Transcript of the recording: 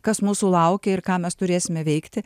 kas mūsų laukia ir ką mes turėsime veikti